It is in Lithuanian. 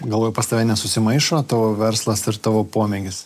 galvoj pas tave nesusimaišo tavo verslas ir tavo pomėgis